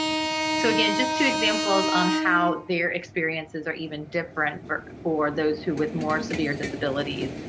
so again, just two examples on how their experiences are even different for for those who with more severe disabilities,